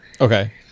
Okay